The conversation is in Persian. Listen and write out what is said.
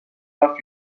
رفت